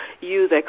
use